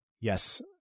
yes